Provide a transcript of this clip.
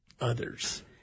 others